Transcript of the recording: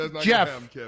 Jeff